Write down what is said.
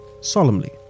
solemnly